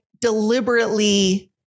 deliberately